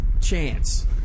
chance